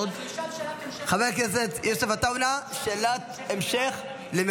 יוסף עטאונה, שאלת המשך.